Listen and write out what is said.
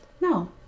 no